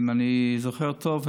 אם אני זוכר טוב,